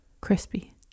Crispy